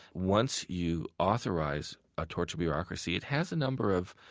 once you authorize a torture bureaucracy, it has a number of